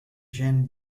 jean